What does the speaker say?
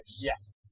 Yes